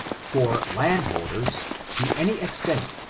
for land holders, to any extent,